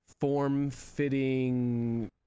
form-fitting